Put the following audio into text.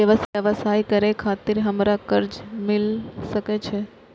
व्यवसाय करे खातिर हमरा कर्जा मिल सके छे?